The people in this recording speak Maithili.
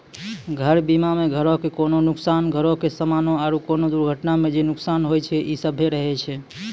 घर बीमा मे घरो के कोनो नुकसान, घरो के समानो आरु कोनो दुर्घटना मे जे नुकसान होय छै इ सभ्भे रहै छै